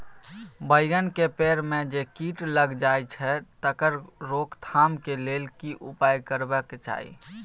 बैंगन के पेड़ म जे कीट लग जाय छै तकर रोक थाम के लेल की उपाय करबा के चाही?